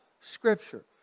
Scripture